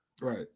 Right